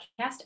podcast